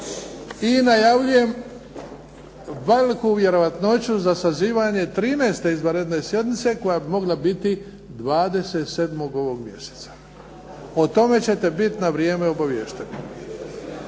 I najavljujem veliku vjerojatnoću za sazivanje 13. izvanredne sjednice koja bi mogla biti 27. ovog mjeseca. O tome ćete biti na vrijeme obaviješteni.